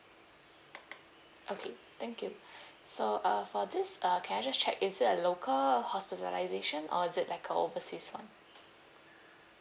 okay thank you so uh for this uh can I just check is it a local hospitalisation or is it like a overseas one